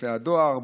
סניפי הדואר,